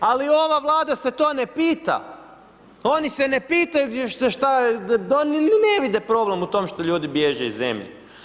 Ali, ova vlada se to ne pita, oni se ne pitaju, što je, ne vide problem u tome što ljudi biježe iz zemlje.